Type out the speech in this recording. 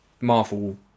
Marvel